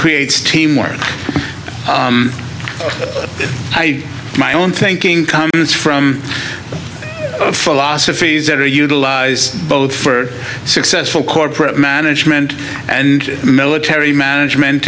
creates teamwork i my own thinking comes from philosophies that are utilized both for successful corporate management and military management